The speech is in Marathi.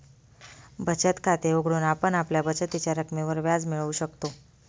बचत खाते उघडून आपण आपल्या बचतीच्या रकमेवर व्याज मिळवू शकतो